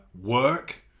work